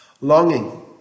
longing